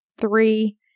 Three